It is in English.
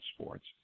sports